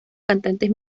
cantantes